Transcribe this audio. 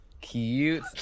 Cute